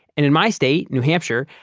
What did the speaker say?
and in my state, new hampshire,